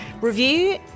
review